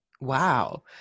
Wow